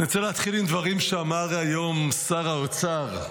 אני רוצה להתחיל עם דברים שאמר היום שר האוצר,